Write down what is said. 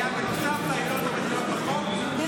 היא לא קבועה בחוק, שתי עילות.